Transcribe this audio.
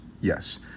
yes